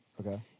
Okay